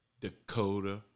Dakota